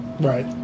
Right